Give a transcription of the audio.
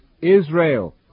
Israel